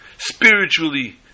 spiritually